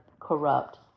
corrupt